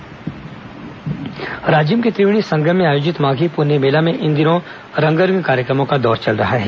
राजिम पुन्नी मेला राजिम के त्रिवेणी संगम में आयोजित माधी पुन्नी मेला में इन दिनों रंगारंग कार्यक्रमों का दौर चल रहा है